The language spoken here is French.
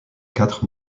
quatre